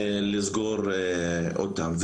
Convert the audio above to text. לסגור אותם.